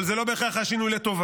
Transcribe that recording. אבל זה לא בהכרח היה שינוי לטובה.